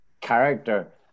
character